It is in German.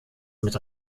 mit